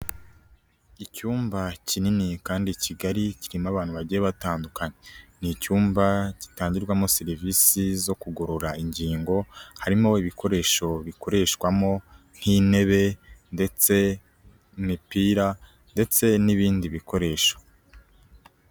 Icyumba kinini kandi kigari, kirimo abantu bagiye batandukanye. Ni icyumba gitangirwamo serivisi zo kugorora ingingo, harimo ibikoresho bikoreshwamo nk'intebe ndetse n'imipira ndetse n'ibindi bikoresho.